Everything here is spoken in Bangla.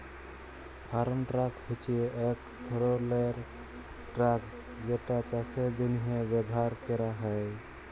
ফার্ম ট্রাক হছে ইক ধরলের ট্রাক যেটা চাষের জ্যনহে ব্যাভার ক্যরা হ্যয়